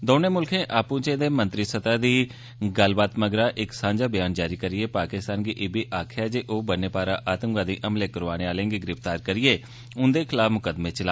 दौनें मुल्खें आपूं चै दी मंत्री स्तर दी दऊं जमा दऊं आली गल्लबात मगरा इक सांझा ब्यान जारी करियै पाकिस्तान गी इब्बी आक्खेआ ऐ जे ओ बन्ने पारा आतंकवादी हमले करोआने आलें गी गिरफ्तार करियै उंदे खलाफ मुकदमें चला